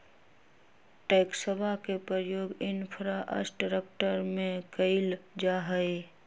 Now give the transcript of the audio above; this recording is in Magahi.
टैक्सवा के प्रयोग इंफ्रास्ट्रक्टर में कइल जाहई